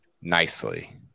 nicely